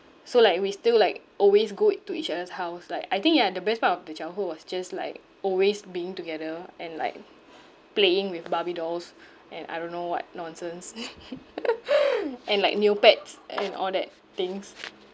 so like we still like always go to each other's house like I think ya the best part of the childhood was just like always being together and like playing with barbie dolls and I don't know what nonsense and like new pets and all that things